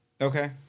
Okay